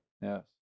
Yes